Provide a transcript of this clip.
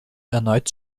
erneut